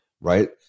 right